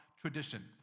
tradition